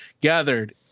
gathered